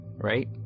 Right